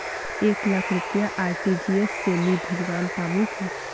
एक लाख रुपया आर.टी.जी.एस से मी भेजवा पामु की